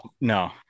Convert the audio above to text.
No